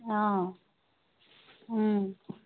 অঁ